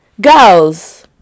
girls